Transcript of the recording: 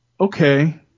okay